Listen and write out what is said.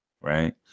Right